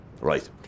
Right